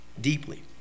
deeply